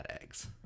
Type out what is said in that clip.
Eggs